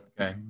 Okay